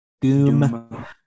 doom